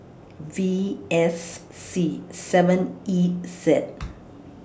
V S C seven E Z